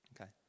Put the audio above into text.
Okay